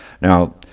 Now